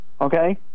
Okay